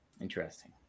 Interesting